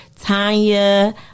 Tanya